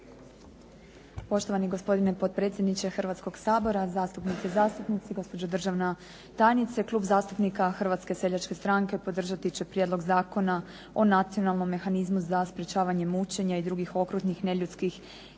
Poštovani gospodine potpredsjedniče Hrvatskoga sabora, zastupnice i zastupnici, gospođo državna tajnice. Klub zastupnika Hrvatske seljačke stranke podržati će Prijedlog zakona o nacionalnom mehanizmu za sprečavanje mučenja i drugih okrutnih i neljudskih